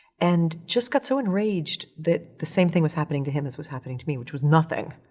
and just got so enraged that the same thing was happening to him as was happening to me, which was nothing.